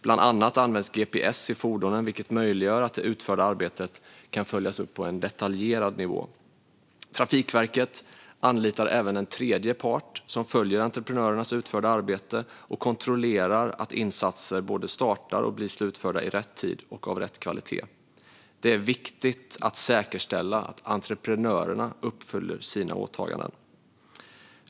Bland annat används gps i fordonen, vilket möjliggör att det utförda arbetet kan följas på en detaljerad nivå. Trafikverket anlitar även en tredjepart som följer entreprenörernas utförda arbete och kontrollerar att insatser både startar och blir slutförda i rätt tid och med rätt kvalitet. Det är viktigt att säkerställa att entreprenörerna uppfyller sina åtaganden.